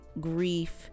grief